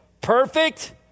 perfect